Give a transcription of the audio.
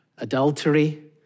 Adultery